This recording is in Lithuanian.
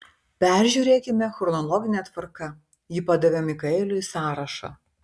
peržiūrėkime chronologine tvarka ji padavė mikaeliui sąrašą